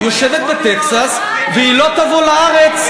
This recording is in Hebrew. היא יושבת בטקסס והיא לא תבוא לארץ.